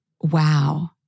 Wow